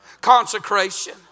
Consecration